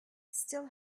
still